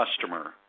customer